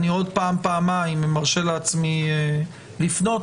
אני מרשה לעצמי עוד פעם-פעמים לפנות.